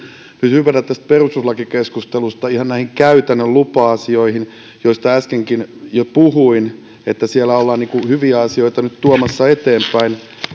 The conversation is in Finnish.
hypätä tästä perustuslakikeskustelusta ihan näihin käytännön lupa asioihin joista äskenkin jo puhuin että siellä ollaan hyviä asioita nyt tuomassa eteenpäin